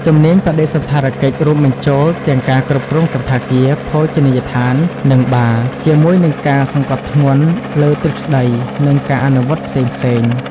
ជំនាញបដិសណ្ឋារកិច្ច រួមបញ្ចូលទាំងការគ្រប់គ្រងសណ្ឋាគារ ភោជនីយដ្ឋាន និងបារ ជាមួយនឹងការសង្កត់ធ្ងន់លើទ្រឹស្តី និងការអនុវត្តផ្សេងៗ។